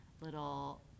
little